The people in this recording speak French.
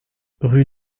rue